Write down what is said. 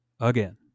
again